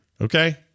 okay